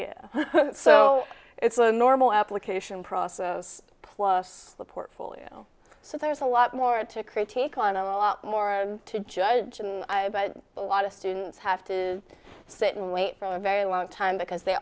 so it's a normal application process plus the portfolio so there's a lot more to critique on a lot more to judge and i but a lot of students have to sit and wait for a very long time because they